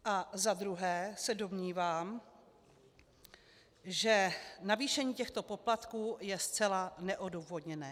A za druhé se domnívám, že navýšení těchto poplatků je zcela neodůvodněné.